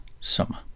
summer